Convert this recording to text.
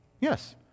Yes